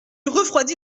refroidit